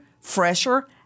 fresher